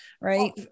right